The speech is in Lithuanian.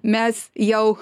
mes jau